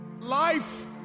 Life